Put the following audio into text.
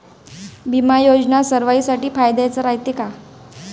बिमा योजना सर्वाईसाठी फायद्याचं रायते का?